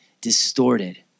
distorted